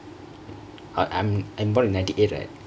eh um I'm born in nighty eight right